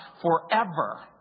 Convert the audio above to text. forever